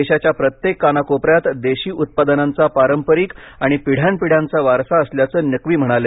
देशाच्या प्रत्येक कोना कोपऱ्यात देशी उत्पादनांचा पारंपरिक आणि पिढ्यान् पिढ्यांचा वारसा असल्याचं नक्वी म्हणाले